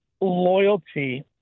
loyalty